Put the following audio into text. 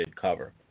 cover